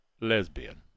lesbian